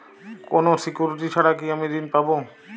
কোনো সিকুরিটি ছাড়া কি আমি ঋণ পাবো?